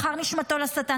מכר את נשמתו לשטן,